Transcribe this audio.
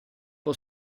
può